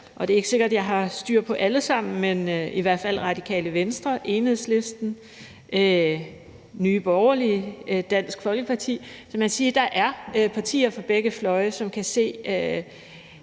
Det er ikke sikkert, jeg har styr på dem alle sammen, men det var i hvert fald Radikale Venstre, Enhedslisten, Nye Borgerlige og Dansk Folkeparti. Så man kan sige, at der er partier fra begge fløje, som kan se